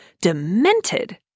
demented